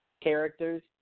characters